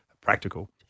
practical